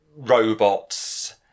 robots